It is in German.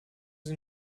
sie